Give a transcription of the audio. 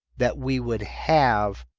that we would have